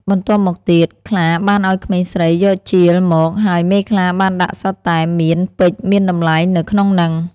បន្ទាប់មកទៀត ខ្លាបានឲ្យក្មេងស្រីយកជាលមក ហើយមេខ្លាបានដាក់សុទ្ធតែមានពេជ្រមានតម្លៃនៅក្នុងហ្នឹង។